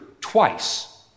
twice